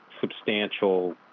substantial